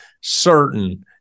certain